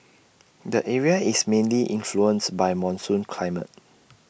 the area is mainly influenced by monsoon climate